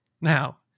Now